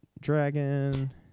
dragon